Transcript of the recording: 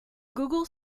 google